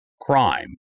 crime